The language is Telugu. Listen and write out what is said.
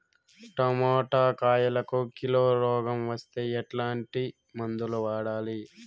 టమోటా కాయలకు కిలో రోగం వస్తే ఎట్లాంటి మందులు వాడాలి?